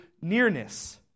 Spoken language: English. nearness